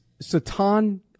Satan